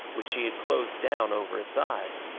which she had closed down over its eyes.